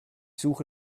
suche